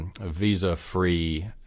visa-free